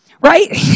right